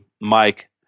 Mike